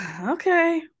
Okay